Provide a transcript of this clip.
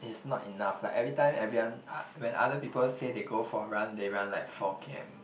it's not enough like every time everyone when other people say they go for a run they run like four k_m